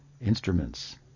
instruments